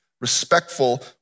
respectful